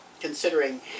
Considering